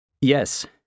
Yes